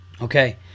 Okay